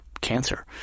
cancer